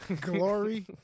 glory